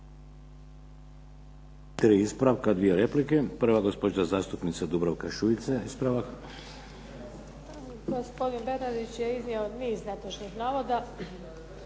ispravka, dvije replike. Prva gospođa zastupnica Dubravka Šuica. Ispravak.